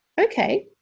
okay